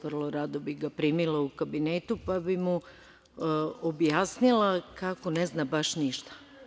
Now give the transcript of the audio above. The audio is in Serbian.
Vrlo rado bih ga primila u kabinetu pa bi mu objasnila kako ne zna baš ništa.